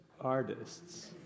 artists